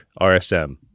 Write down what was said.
RSM